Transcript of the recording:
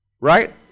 right